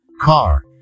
car